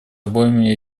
обоими